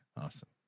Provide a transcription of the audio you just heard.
awesome